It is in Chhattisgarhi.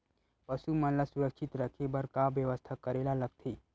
पशु मन ल सुरक्षित रखे बर का बेवस्था करेला लगथे?